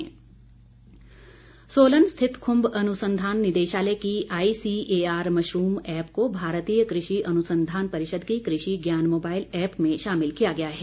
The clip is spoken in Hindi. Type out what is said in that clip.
ऐप सोलन स्थित ख्रम्ब अनुसंधान निदेशालय की आईसीएआर मशरूम ऐप को भारतीय कृषि अनुसंधान परिषद की कृषि ज्ञान मोबइल ऐप में शामिल किया गया है